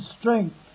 strength